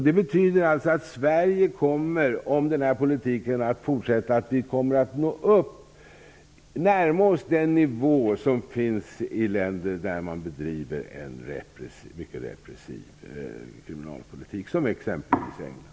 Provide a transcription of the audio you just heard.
Det betyder att Sverige kommer att närma sig den nivå som finns i länder där man bedriver en mycket repressiv kriminalpolitik, exempelvis England.